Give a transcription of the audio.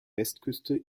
westküste